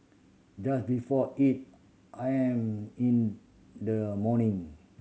just before eight I am in the morning